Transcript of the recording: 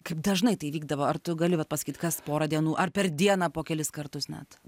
kaip dažnai tai vykdavo ar tu gali vat pasakyt kas porą dienų ar per dieną po kelis kartus net